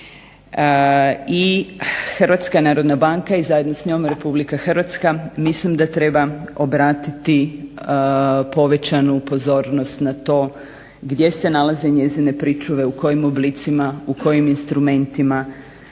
države. I HNB i zajedno s njom RH mislim da treba obratiti povećanu pozornost na to gdje se nalaze njezine pričuve, u kojim oblicima, u kojim instrumentima